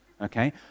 okay